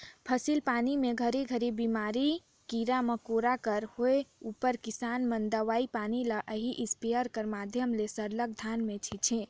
फसिल पानी मे घरी घरी बेमारी, कीरा मकोरा कर होए उपर किसान मन दवई पानी ल एही इस्पेयर कर माध्यम ले सरलग धान मे छीचे